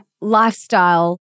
lifestyle